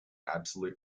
absolute